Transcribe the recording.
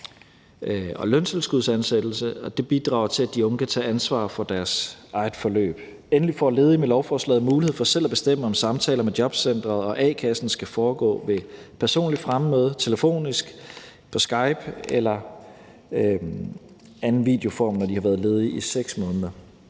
og løntilskudsansættelse, og det bidrager til, at de unge kan tage ansvar for deres eget forløb. Endelig får ledige med lovforslaget mulighed for selv at bestemme, om samtaler med jobcenteret og a-kassen skal foregå ved personligt fremmøde, telefonisk, på Skype eller i anden videoform, når de har været ledige i 6 måneder.